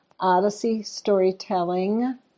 Odysseystorytelling